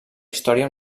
història